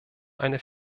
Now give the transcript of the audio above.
eine